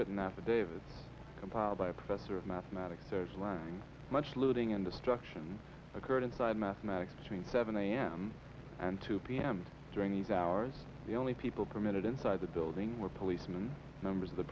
written affidavit compiled by a professor of mathematics so much looting and destruction occurred inside mathematics between seven am and two pm during these hours the only people permitted inside the building were policemen members of the